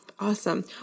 Awesome